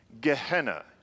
Gehenna